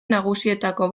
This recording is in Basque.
nagusietako